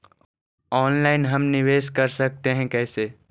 Online हम निवेश कर सकते है, कैसे?